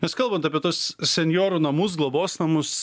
nes kalbant apie tuos senjorų namus globos namus